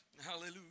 hallelujah